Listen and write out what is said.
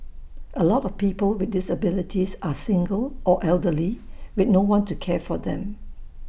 A lot of people with disabilities are single or elderly with no one to care for them